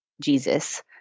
Jesus